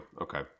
Okay